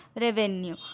revenue